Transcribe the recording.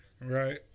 Right